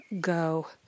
go